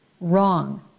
wrong